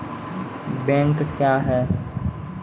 Bank क्या हैं?